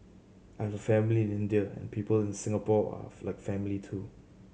I have a family in India and people in Singapore are like family too